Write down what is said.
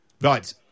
Right